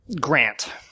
Grant